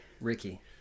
ricky